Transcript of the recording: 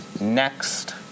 next